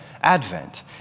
Advent